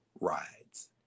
rides